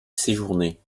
séjourné